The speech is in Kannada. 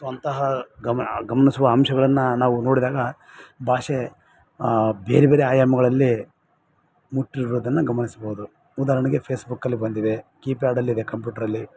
ಸೊ ಅಂತಹ ಗಮ ಗಮನಿಸುವ ಅಂಶಗಳನ್ನು ನಾವು ನೋಡಿದಾಗ ಭಾಷೆ ಬೇರೆ ಬೇರೆ ಆಯಾಮಗಳಲ್ಲಿ ಮುಟ್ಟಿರೋದನ್ನು ಗಮನಿಸಬಹುದು ಉದಾಹರಣೆಗೆ ಫೇಸ್ಬುಕಲ್ಲಿ ಬಂದಿವೆ ಕೀಪ್ಯಾಡಲ್ಲಿದೆ ಕಂಪ್ಯೂಟರಲ್ಲಿ